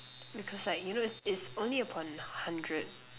because like you know it's it's only upon hundred